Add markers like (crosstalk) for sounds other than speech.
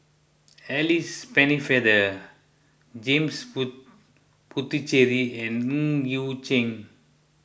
Alice Pennefather James (hesitation) Puthucheary and Ng Yi Sheng